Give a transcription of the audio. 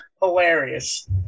Hilarious